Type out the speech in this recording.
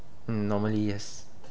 mm normally yes